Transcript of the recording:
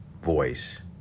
voice